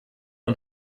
und